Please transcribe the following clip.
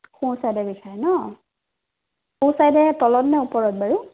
সোঁ চাইডে বিষায় ন সোঁ চাইডে তলত নে ওপৰত বাৰু